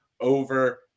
over